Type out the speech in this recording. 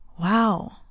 wow